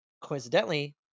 coincidentally